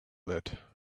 that